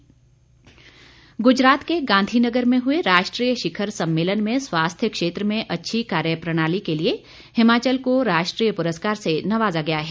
पुरस्कार गुजरात के गांधी नगर में हुए राष्ट्रीय शिखर सम्मेलन में स्वास्थ्य क्षेत्र में अच्छी कार्यप्रणाली के लिए हिमाचल को राष्ट्रीय पुरस्कार से नवाजा गया है